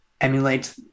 emulate